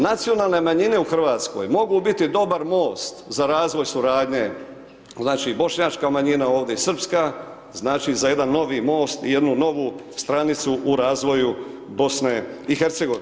Nacionalne manjine u Hrvatskoj mogu biti dobar most za razvoj suradnje, znači bošnjačka manjina ovdje i srpska znači za jedan novi most i jednu novu stranicu u razvoju BiH.